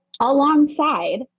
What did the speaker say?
alongside